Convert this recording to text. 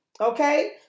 okay